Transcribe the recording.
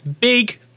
big